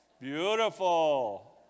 Beautiful